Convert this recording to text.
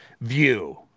view